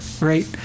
Right